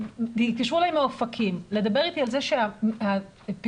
התקשרו אליי מאופקים לדבר איתי על כך שהפעילות